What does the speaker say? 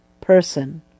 person